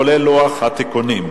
כולל לוח התיקונים.